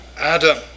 Adam